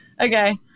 okay